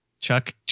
Chuck